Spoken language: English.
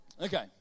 Okay